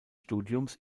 studiums